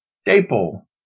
staple